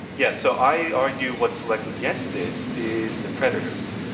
yes, so i argue what's selected against it is the predators.